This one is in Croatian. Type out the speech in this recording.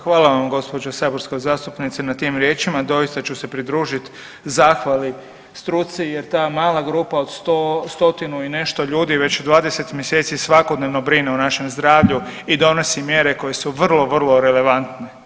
Hvala vam gospođo saborska zastupnice na tim riječima, doista ću se pridružiti zahvali stuci jer ta mala grupa od stotinu i nešto ljudi već 20 mjeseci svakodnevno brine o našem zdravlju i donosi mjere koje su vrlo, vrlo relevantne.